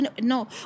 no